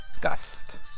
Gust